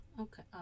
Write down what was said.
Okay